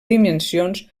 dimensions